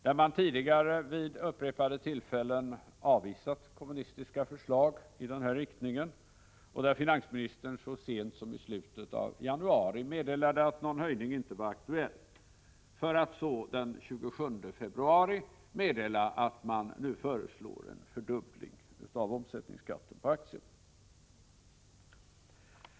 Man har tidigare vid upprepade tillfällen avvisat kommunistiska förslag i denna riktning, och finansministern meddelade så sent som i slutet av januari att någon höjning inte var aktuell, för att den 27 februari meddela att man föreslog en fördubbling av omsättningsskatten på aktier.